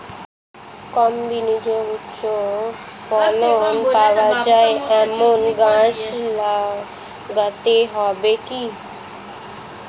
কম বিনিয়োগে উচ্চ ফলন পাওয়া যায় এমন গাছ লাগাতে হবে কি?